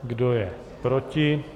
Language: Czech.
Kdo je proti?